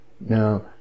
Now